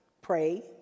pray